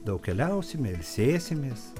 daug keliausime ilsėsimės